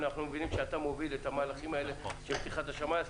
אנחנו מבינים שאתה מוביל את המהלכים האלה של פתיחת השמיים.